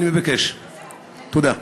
תודה.